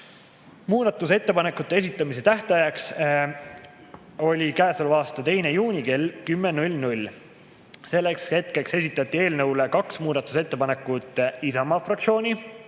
Muudatusettepanekute esitamise tähtajaks oli käesoleva aasta 2. juuni kell 10. Selleks [ajaks] esitas eelnõu kohta kaks muudatusettepanekut Isamaa fraktsioon,